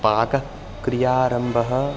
पाकक्रियारम्भः